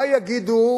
מה יגידו